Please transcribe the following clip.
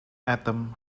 atom